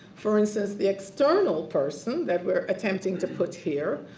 for instance the external person that we're attempting to put here,